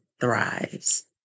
thrives